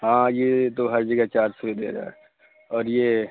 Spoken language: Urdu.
ہاں یہ تو ہر جگہ چار سو ہی دے رہا ہے اور یہ